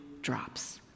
drops